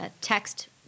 text